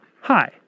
Hi